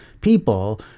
people